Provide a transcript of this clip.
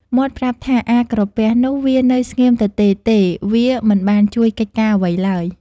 មាត់ប្រាប់ថា "អា ក្រពះនោះ វានៅស្ងៀមទទេទេវាមិនបានជួយកិច្ចការអ្វីឡើយ" ។